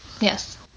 Yes